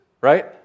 Right